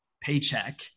paycheck